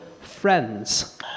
Friends